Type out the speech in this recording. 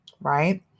Right